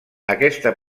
aquesta